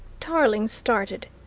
tarling started.